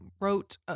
wrote